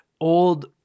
old